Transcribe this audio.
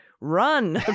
run